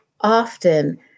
often